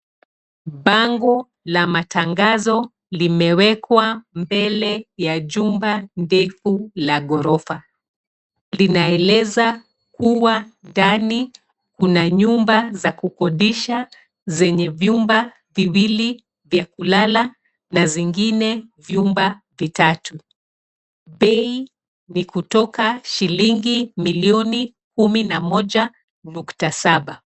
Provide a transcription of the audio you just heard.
Bango la matangazo limewekwa mbele ya jumba ndefu la ghorofa. Linaeleza kuwa ndani, kuna nyumba za kukodisha, zenye vyumba viwili vya kulala, na zingine vyumba vitatu. Bei ni kutoka shilingi milioni kumi na moja nukta saba.